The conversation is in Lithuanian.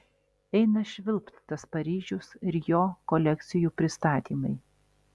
eina švilpt tas paryžius ir jo kolekcijų pristatymai